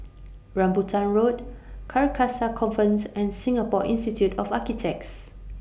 Rambutan Road Carcasa Convent and Singapore Institute of Architects